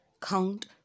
count